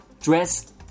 dress